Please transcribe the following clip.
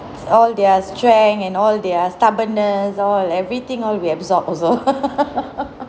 it's all their strength and all their stubbornness all everything all we absorb also